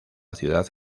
ciudad